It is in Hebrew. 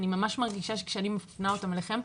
אני ממש מרגישה שכשאני מפנה אותם אליכם,